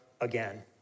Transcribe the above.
again